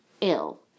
ill